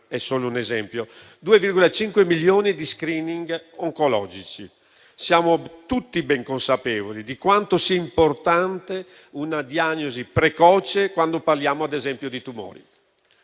2,5 milioni di *screening* oncologici. Siamo tutti ben consapevoli di quanto sia importante una diagnosi precoce quando parliamo, ad esempio, di tumori.